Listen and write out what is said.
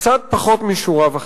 קצת פחות משורה וחצי,